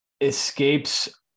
escapes